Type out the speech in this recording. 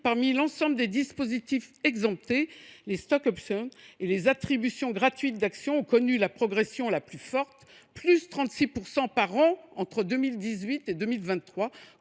parmi l’ensemble des dispositifs exemptés, les stock options et les attributions gratuites d’actions ont connu la progression la plus forte, +36 % par an entre 2018 et 2023,